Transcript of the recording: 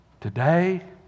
Today